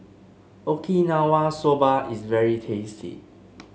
Okinawa Soba is very tasty